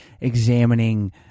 examining